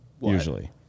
Usually